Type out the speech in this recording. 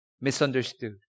misunderstood